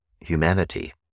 humanity